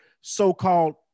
so-called